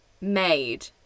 made